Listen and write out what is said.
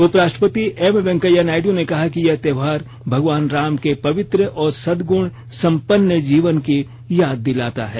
उपराष्ट्रपति एम वेंकैया नायडू ने कहा कि यह त्योहार भगवान राम के पवित्र और सदगुण संपन्न जीवन की याद दिलाता है